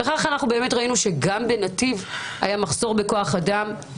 ראינו שגם בנתיב היה מחסור בכוח אדם.